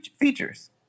features